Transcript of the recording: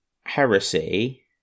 heresy